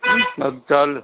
వద్దు చాలు